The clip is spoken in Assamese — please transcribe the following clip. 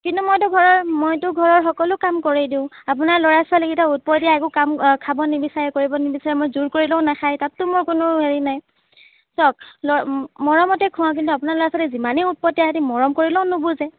কিন্তু মইতো ঘৰৰ মইতো ঘৰৰ সকলো কাম কৰি দিওঁ আপোনাৰ ল'ৰা ছোৱালীকেইটা উৎপতীয়া একো কাম খাব নিবিচাৰে কৰিব নিবিচাৰে মই জোৰ কৰিলেও নেখায় তাতটো মোৰ কোনো হেৰি নাই চাওক মৰমতে খুৱাওঁ কিন্তু আপোনাৰ ল'ৰা ছোৱালী যিমানেই উৎপতীয়া সিহঁতি মৰম কৰিলেও নুবুজে